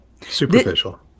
Superficial